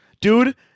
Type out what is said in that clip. dude